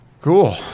Cool